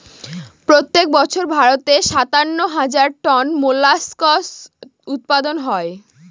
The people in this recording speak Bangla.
প্রত্যেক বছর ভারতে সাতান্ন হাজার টন মোল্লাসকস উৎপাদন হয়